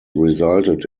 resulted